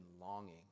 longing